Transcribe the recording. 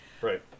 Right